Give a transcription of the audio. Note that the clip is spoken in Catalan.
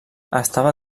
estava